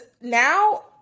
now